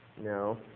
No